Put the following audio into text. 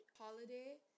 holiday